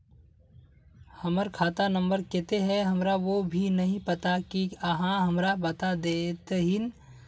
हमर खाता नम्बर केते है हमरा वो भी नहीं पता की आहाँ हमरा बता देतहिन?